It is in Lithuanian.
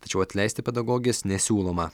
tačiau atleisti pedagogės nesiūloma